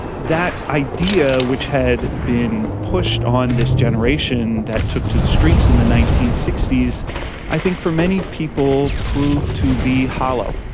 that idea which had been pushed on this generation that's took to the streets in the nineteen sixty s i think for many people proved to be hollow.